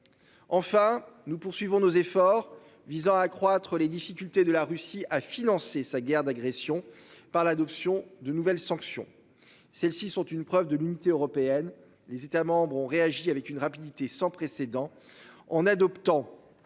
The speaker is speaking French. Enfin nous poursuivons nos efforts visant à accroître les difficultés de la Russie à financer sa guerre d'agression par l'adoption de nouvelles sanctions. Celles-ci sont une preuve de l'unité européenne, les États membres ont réagi avec une rapidité sans précédent. En adoptant